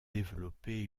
développé